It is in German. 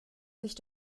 sich